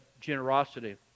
generosity